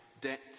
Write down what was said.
debt